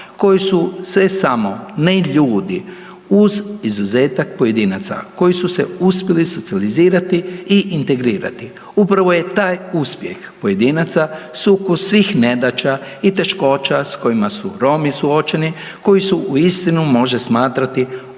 koji su sve samo ne ljudi uz izuzetak pojedinaca koji su se uspjeli socijalizirati i integrirati. Upravo je taj uspjeh pojedinaca sukus svih nedaća i teškoća s kojima su Romi suočeni koji su uistinu osobitim